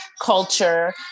culture